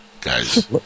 guys